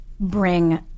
Bring